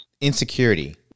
insecurity